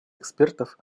экспертов